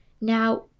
Now